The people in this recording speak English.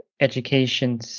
education